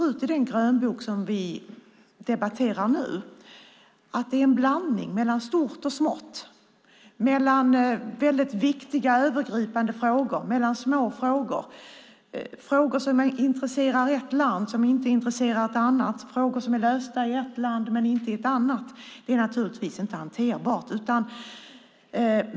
I den grönbok som vi debatterar nu är det en blandning mellan stort och smått, mellan väldigt viktiga, övergripande frågor och små frågor, mellan frågor som intresserar ett land men inte intresserar ett annat och mellan frågor som är lösta i ett land men inte i ett annat. Det är naturligtvis inte hanterbart.